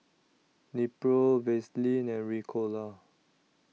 Nepro Vaselin and Ricola